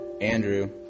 Andrew